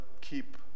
keep